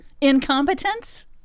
incompetence